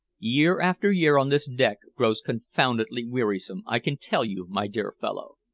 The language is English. year after year on this deck grows confoundedly wearisome, i can tell you, my dear fellow.